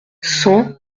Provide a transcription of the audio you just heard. cent